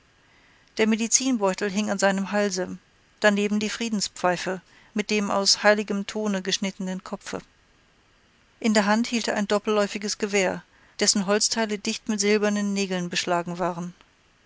der medizinbeutel hing an seinem halse daneben die friedenspfeife mit dem aus heiligem tone geschnittenen kopfe in der hand hielt er ein doppelläufiges gewehr dessen holzteile dicht mit silbernen nägeln beschlagen waren